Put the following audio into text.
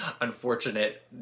unfortunate